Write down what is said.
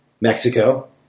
Mexico